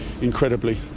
incredibly